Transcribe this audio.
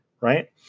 right